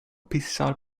pissar